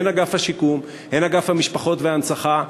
הן אגף השיקום הן אגף המשפחות וההנצחה,